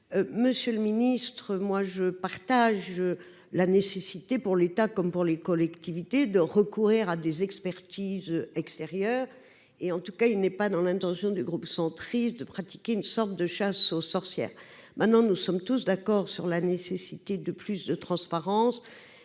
monsieur le ministre, moi je partage la nécessité pour l'État, comme pour les collectivités de recourir à des expertises extérieures et en tout cas, il n'est pas dans l'intention du groupe centriste pratiquer une sorte de chasse aux sorcières, maintenant, nous sommes tous d'accord sur la nécessité de plus de transparence,